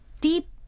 deep